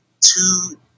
two